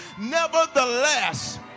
nevertheless